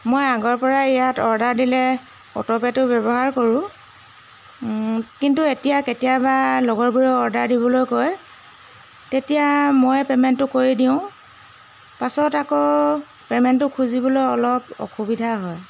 মই আগৰপৰাই ইয়াত অৰ্ডাৰ দিলে অট'পেটো ব্যৱহাৰ কৰোঁ কিন্তু এতিয়া কেতিয়াব লগৰবোৰেও অৰ্ডাৰ দিবলৈ কয় তেতিয়া ময়ে পেমেণ্টটো কৰি দিওঁ পাছত আকৌ পেমেণ্টটো খুজিবলৈ অলপ অসুবিধা হয়